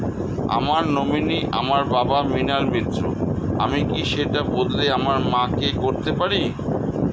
আমার নমিনি আমার বাবা, মৃণাল মিত্র, আমি কি সেটা বদলে আমার মা কে করতে পারি?